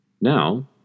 Now